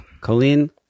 Colleen